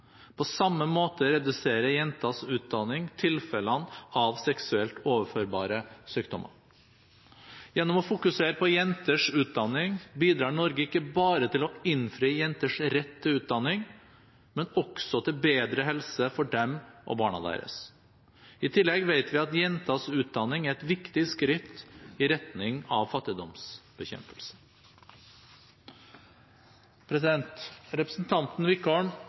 På samme måte reduserer jenters utdanning tilfellene av seksuelt overførbare sykdommer. Gjennom å fokusere på jenters utdanning bidrar Norge ikke bare til å innfri jenters rett til utdanning, men også til bedre helse for dem og barna deres. I tillegg vet vi at jenters utdanning er et viktig skritt i retning av fattigdomsbekjempelse. Representanten Wickholm